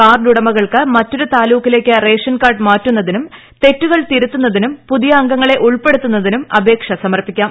card ഉടമകൾക്ക് മറ്റൊരു താലൂക്കിലേയ്ക്ക് റേഷൻ കാർഡ് മാറ്റുന്നതിനും തെറ്റുകൾ തിരുത്തുന്നതിനും പുതിയ അംഗങ്ങളെ ഉൾപ്പെടുത്തുന്നതിനും അപേക്ഷ സമർപ്പിക്കാം